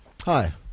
hi